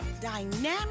Dynamic